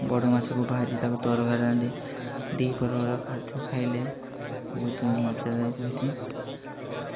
ବଡ଼ ମାଛକୁ ଭାଜି ତାକୁ ତରକାରୀ ଦ୍ୱିପ୍ରହର ଖାଦ୍ୟ ଖାଇଲେ ବହୁତ ମଜାଦାୟକ ହୋଇଥାଏ